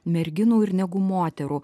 merginų ir negu moterų